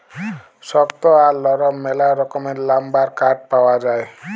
শক্ত আর লরম ম্যালা রকমের লাম্বার কাঠ পাউয়া যায়